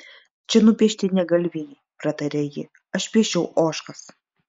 čia nupiešti ne galvijai pratarė ji aš piešiau ožkas